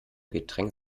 getränk